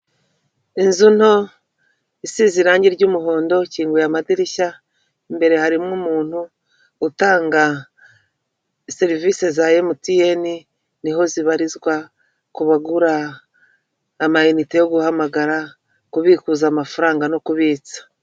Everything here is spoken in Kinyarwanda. Inzu nto isize irangi ry'umuhondo, ikinguye amadirishya, imbere harimo umuntu utanga serivisi za MTN, ni ho zibarizwa, ku bagura amayinite yo guhamagara, kubikuza amafaranga no kubitsa.